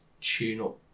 tune-up